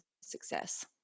success